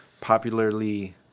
popularly